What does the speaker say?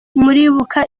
muribuka